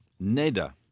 Neda